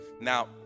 Now